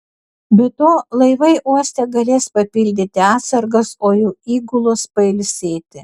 be to laivai uoste galės papildyti atsargas o jų įgulos pailsėti